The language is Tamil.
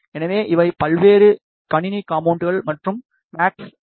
எனவே இவை பல்வேறு கணினி காம்போனென்ட்கள் மற்றும் எம் எ எக்ஸ்2015 ஐ